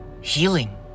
healing